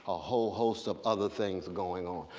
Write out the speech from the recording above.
ah whole host of other things going on.